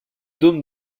dôme